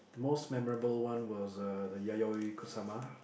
most memorable one was uh the Yayoi-Kusama